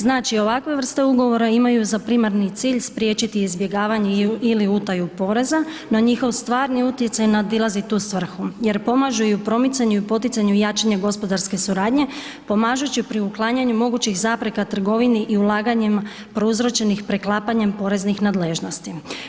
Znači, ovakve vrste ugovora imaju za primarni cilj spriječiti izbjegavanje ili utaju poreza, no njihov stvarni utjecaj nadilazi tu svrhu jer pomaže i u promicanju i u poticanju jačanja gospodarske suradnje pomažući pri uklanjanju mogućih zapreka trgovini i ulaganjem prouzročenih preklapanjem poreznih nadležnosti.